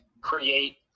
create